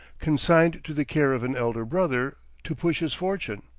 consigned to the care of an elder brother, to push his fortune.